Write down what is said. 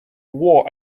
war